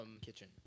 kitchen